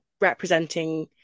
representing